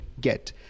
get